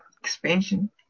expansion